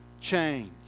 change